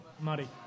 Muddy